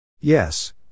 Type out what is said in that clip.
Yes